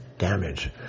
damage